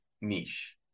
niche